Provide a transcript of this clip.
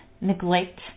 neglect